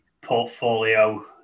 portfolio